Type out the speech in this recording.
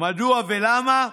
מדוע ולמה?